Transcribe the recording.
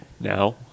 now